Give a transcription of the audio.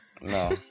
no